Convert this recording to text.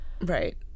right